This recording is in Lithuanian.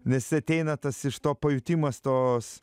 nes ateina tas iš to pajutimas tos